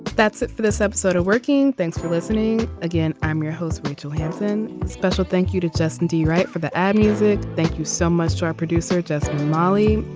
that's it for this episode of working. thanks for listening again. i'm your host rachel hanson. special thank you to justin do you write for the ab music. thank you so much to our producer just molly.